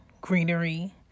greenery